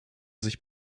sich